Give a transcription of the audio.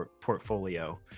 portfolio